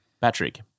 Patrick